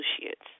associates